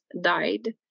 died